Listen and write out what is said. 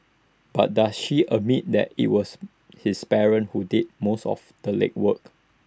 but does she admit that IT was his parents who did most of the legwork